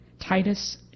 Titus